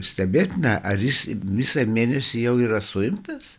stebėtina ar jis visą mėnesį jau yra suimtas